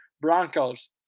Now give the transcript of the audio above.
Broncos